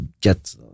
get